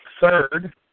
Third